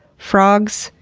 frogs.